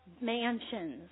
mansions